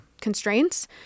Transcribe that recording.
constraints